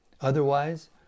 Otherwise